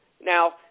Now